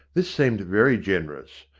this seemed very generous.